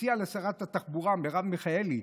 הוא הציע לשרת התחבורה מרב מיכאלי,